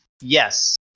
yes